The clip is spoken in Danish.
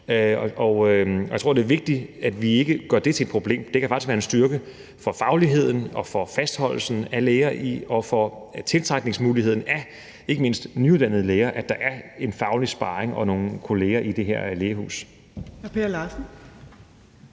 Jeg tror, det er vigtigt, at vi ikke gør det til et problem. Det kan faktisk være en styrke for fagligheden og for fastholdelsen af læger og for muligheden for at tiltrække ikke mindst nyuddannede læger, at der er en faglig sparring og nogle kolleger i det her lægehus.